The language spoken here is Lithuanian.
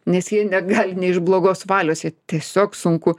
nes jie negali ne iš blogos valios jie tiesiog sunku